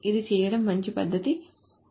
ఇది చేయడం మంచి పద్ధతి కాదు